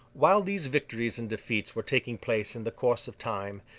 while these victories and defeats were taking place in the course of time,